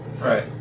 Right